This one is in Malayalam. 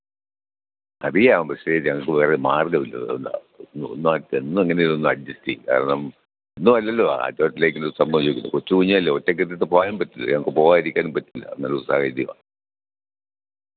അറിയാം പക്ഷേ ഞങ്ങൾക്ക് വേറെ മാർഗമില്ല അതോണ്ടാ ഒന്ന് ഒന്ന് ഒന്നെങ്ങനേലുമൊന്ന് അഡ്ജസ്റ്റെ ചെയ്യ് കാരണം ഒന്നുമല്ലല്ലോ ആദ്യമായിട്ടല്ലേ ഇങ്ങനൊരു സംഭവം ചോദിക്കുന്നത് കൊച്ചുകുഞ്ഞല്ലെ ഒറ്റക്കിട്ടിട്ട് പോകാനും പറ്റില്ല ഞങ്ങൾക്ക് പോകാതിരിക്കാനും പറ്റില്ല അങ്ങനൊരു സാഹചര്യമാണ്